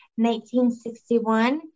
1961